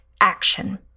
action